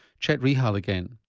chet rihal again.